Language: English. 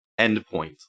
endpoint